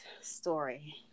story